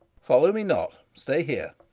follow me not stay here.